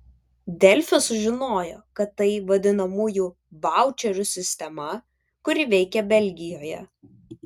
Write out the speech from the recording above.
delfi sužinojo kad tai vadinamųjų vaučerių sistema kuri veikia belgijoje